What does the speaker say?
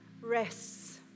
rests